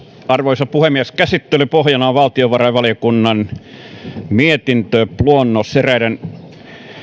arvoisa puhemies käsittelyn pohjana on valtiovarainvaliokunnan mietintöluonnos eräiden